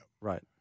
Right